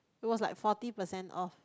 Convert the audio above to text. it was like forty percent off